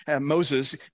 Moses